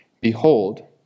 Behold